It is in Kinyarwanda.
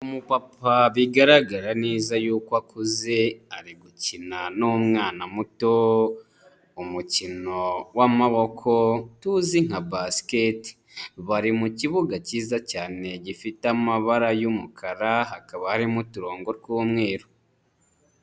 Umupapa bigaragara neza yuko akuze ari gukina n'umwana muto umukino w'amaboko tuzi nka basikete bari mu kibuga cyiza cyane gifite amabara y'umukara hakaba harimo uturongo tw'umweru.